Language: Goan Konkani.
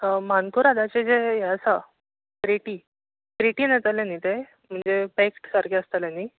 अ मानकुरादाचें जें हें आसा क्रेटी क्रेटीन येतले न्ही ते म्हणजे पॅक्ड सारके आसतले न्ही